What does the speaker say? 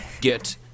get